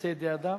מעשה ידי אדם?